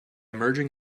merging